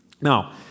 Now